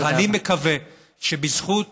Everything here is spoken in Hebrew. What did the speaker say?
ואני מקווה שבזכות